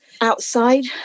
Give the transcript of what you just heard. outside